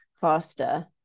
faster